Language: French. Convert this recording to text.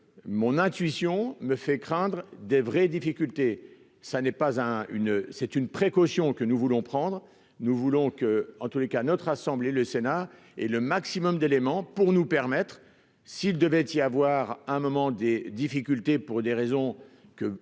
mon intuition me fait craindre des vraies difficultés, ça n'est pas un une c'est une précaution que nous voulons prendre, nous voulons qu'en tous les cas, notre assemblée, le Sénat et le maximum d'éléments pour nous permettre, s'il devait y avoir un moment des difficultés pour des raisons que